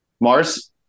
Mars